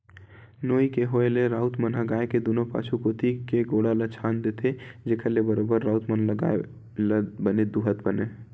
नोई के होय ले राउत मन ह गाय के दूनों पाछू कोती के गोड़ ल छांद देथे, जेखर ले बरोबर राउत ल गाय ल बने दूहत बनय